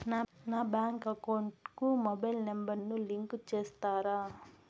నా bank account కు mobile number ను లింకు చేస్తారా?